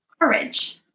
courage